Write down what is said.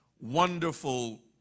wonderful